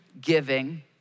giving